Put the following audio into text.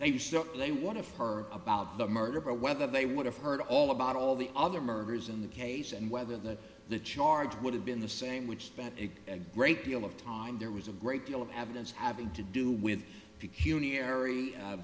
shocked they want to her about the murder but whether they would have heard all about all the other murders in the case and whether the the charge would have been the same which spent a great deal of time there was a great deal of evidence having to do with